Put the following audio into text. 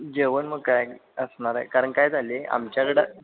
जेवण मग काय असणार आहे कारण काय झालं आहे आमच्याकडं